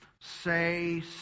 say